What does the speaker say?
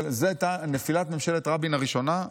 נפילת ממשלת רבין הראשונה,